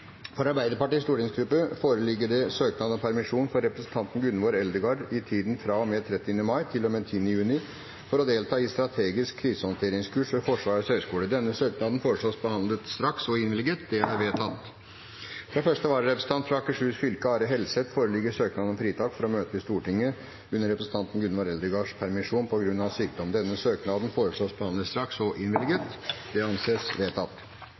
Fra Arbeiderpartiets stortingsgruppe foreligger det søknad om permisjon for representanten Gunvor Eldegard i tiden fra og med 30. mai til og med 10. juni for å delta i strategisk krisehåndteringskurs ved Forsvarets høgskole. Denne søknaden foreslås behandlet straks og innvilget. – Det anses vedtatt. Fra første vararepresentant for Akershus fylke, Are Helseth, foreligger søknad om fritak for å møte i Stortinget under representanten Gunvor Eldegards permisjon, på grunn av sykdom. Etter forslag fra presidenten ble enstemmig besluttet: Denne søknaden behandles straks og